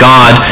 God